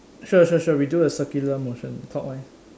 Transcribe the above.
sure sure sure we do a circular motion clockwise